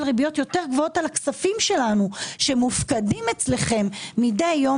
ריביות יותר גבוהות על הכספים שלנו שמופקדים אצלכם מדי יום